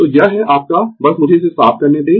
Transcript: तो यह है आपका बस मुझे इसे साफ करने दें